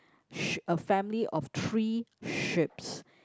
sh~ a family of three sheeps